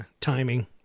Timing